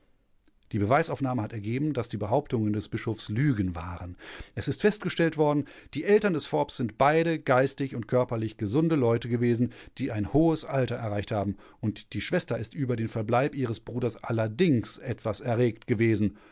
die beweisaufnahme hat ergeben daß die behauptungen des bischofs lügen waren es ist festgestellt worden die eltern des forbes sind beide geistig und körperlich gesunde leute gewesen die ein hohes alter erreicht haben und die schwester ist über den verbleib ihres bruders allerdings etwas erregt gewesen